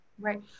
Right